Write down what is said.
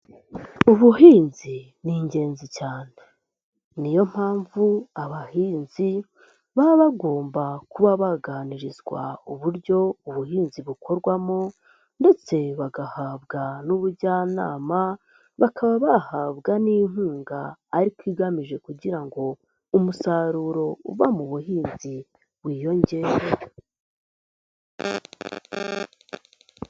Ubuhinzi ni ingenzi cyane, niyo mpamvu abahinzi baba bagomba kuba baganirizwa uburyo ubuhinzi bukorwamo ndetse bagahabwa n'ubujyanama, bakaba bahabwa n'inkunga ariko igamije kugira ngo umusaruro uva mu buhinzi wiyongere.